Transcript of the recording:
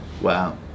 Wow